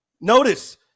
Notice